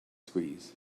squeeze